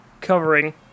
Covering